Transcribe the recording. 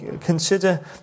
consider